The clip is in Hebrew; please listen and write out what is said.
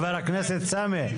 ח"כ סמי,